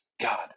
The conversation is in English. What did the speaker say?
God